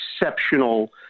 exceptional